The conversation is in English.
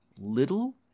little